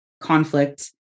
conflict